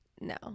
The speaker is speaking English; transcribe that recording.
No